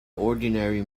ordinary